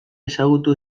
ezagutu